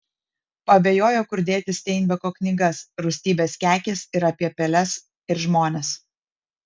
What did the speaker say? paabejojo kur dėti steinbeko knygas rūstybės kekės ir apie peles ir žmones